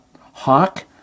Hawk